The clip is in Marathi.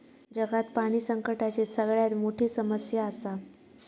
जगात पाणी संकटाची सगळ्यात मोठी समस्या आसा